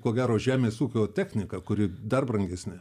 ko gero žemės ūkio technika kuri dar brangesnė